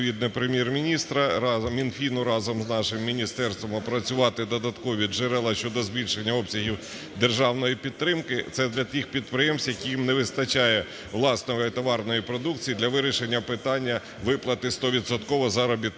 відповідне Прем'єр-міністра разом…, Мінфіну разом з нашим міністерством опрацювати додаткові джерела щодо збільшення обсягів державної підтримки. Це для тих підприємств, яким не вистачає власної товарної продукції для вирішення питання виплати 100-відсотково